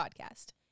podcast